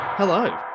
Hello